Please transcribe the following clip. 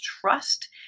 trust